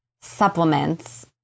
supplements